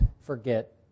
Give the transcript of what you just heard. forget